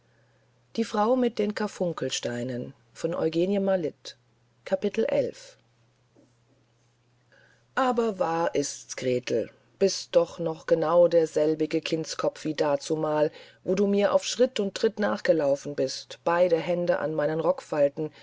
aber wahr ist's gretel bist doch noch genau derselbige kindskopf wie dazumal wo du mir auf tritt und schritt nachgelaufen bist beide hände an meinen rockfalten